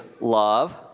love